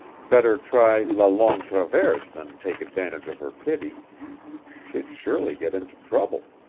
better try la longue traverse than take advantage of her pity she'd surely get into trouble.